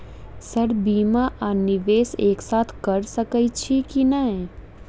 Sir बीमा आ निवेश एक साथ करऽ सकै छी की न ई?